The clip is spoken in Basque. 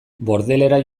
bordelera